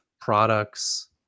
products